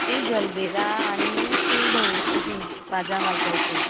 तीं जल्बेरां आनी धवीची तीं वाजा घालताय तीं